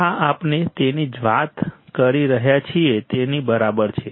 આ આપણે જેની વાત કરી રહ્યા છીએ તેની બરાબર છે